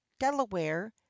delaware